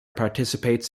participates